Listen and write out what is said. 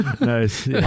Nice